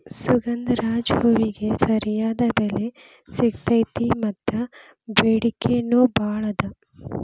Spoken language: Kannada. ಸುಗಂಧರಾಜ ಹೂವಿಗೆ ಸರಿಯಾದ ಬೆಲೆ ಸಿಗತೈತಿ ಮತ್ತ ಬೆಡಿಕೆ ನೂ ಬಾಳ ಅದ